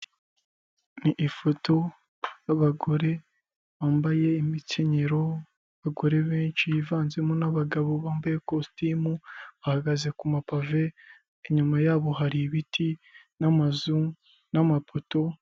Ni ifoto y'abagore bambaye imikenyero, abagore benshi bivanzemo n'abagabo bambaye ikositime bahagaze ku mapave inyuma yabo hari ibiti n'amazu n'amapoto.